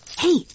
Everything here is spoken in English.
Hey